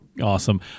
Awesome